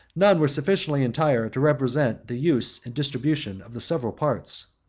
none were sufficiently entire to represent the use and distribution of the several parts